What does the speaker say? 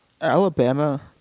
Alabama